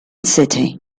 city